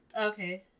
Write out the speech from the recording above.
Okay